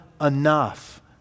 enough